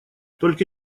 только